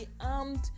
armed